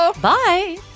Bye